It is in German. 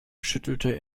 schüttelte